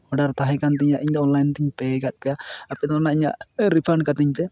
order ᱛᱟᱦᱮᱸᱠᱟᱱ ᱛᱤᱧᱟᱹ ᱤᱧ ᱫᱚ ᱚᱱᱞᱟᱭᱤᱱ ᱛᱤᱧ ᱯᱮᱭ ᱠᱟᱫ ᱯᱮᱭᱟ ᱟᱯᱮ ᱫᱚ ᱤᱧᱟᱹᱜ ᱨᱤᱯᱷᱟᱱᱰ ᱠᱟᱹᱛᱤᱧ ᱯᱮ